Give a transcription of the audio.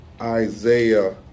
Isaiah